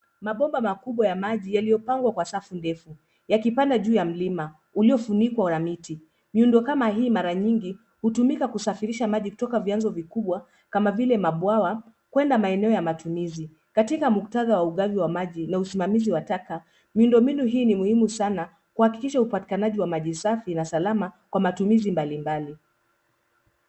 Mabomba makubwa ya maji yaliyopangwa kwa safu ndefu, yakipanda juu ya mlima uliofunikwa na miti. Miundo kama hii mara mingi hutumika kusafirisha maji kutoka vianzo vikubwa kama vile mabwawa kwenda maeneo ya matumizi, katika mukthadha wa ugamvi wa maji na usimamizi wa taka miundo hii ni muhimu Sana kuhakikisha upatikanaji wa maji safi na salama kwa matumizi mbalimbali.